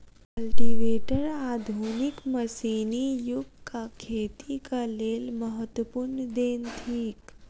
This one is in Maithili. कल्टीवेटर आधुनिक मशीनी युगक खेतीक लेल महत्वपूर्ण देन थिक